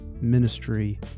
ministry